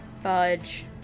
Fudge